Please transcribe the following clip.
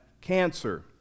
cancer